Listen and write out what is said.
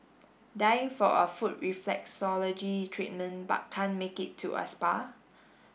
dying for a foot reflexology treatment but can't make it to a spa